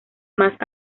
más